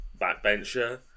backbencher